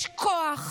יש כוח,